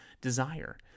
desire